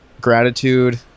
gratitude